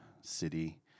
City